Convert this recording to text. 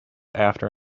after